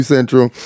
Central